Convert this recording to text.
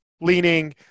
leaning